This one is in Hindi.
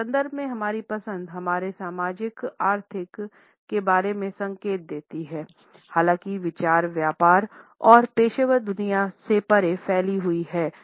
इस संदर्भ में हमारी पसंद हमारे सामाजिक आर्थिक के बारे में संकेत देती है हालांकि विचार व्यापार और पेशेवर दुनिया से परे फैली हुई है